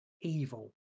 evil